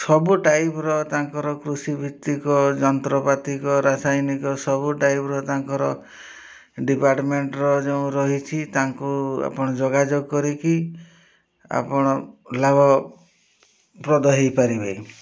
ସବୁ ଟାଇପ୍ର ତାଙ୍କର କୃଷି ଭିତ୍ତିକ ଯନ୍ତ୍ରପାତିକ ରାସାୟନିକ ସବୁ ଟାଇପ୍ର ତାଙ୍କର ଡିପାର୍ଟମେଣ୍ଟ୍ର ଯେଉଁ ରହିଛି ତାଙ୍କୁ ଆପଣ ଯୋଗାଯୋଗ କରିକି ଆପଣ ଲାଭ ପ୍ରଦ ହୋଇପାରିବେ